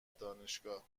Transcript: دانشگاه